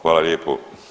Hvala lijepo.